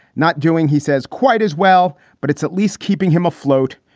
not doing, he says, quite as well. but it's at least keeping him afloat.